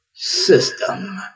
System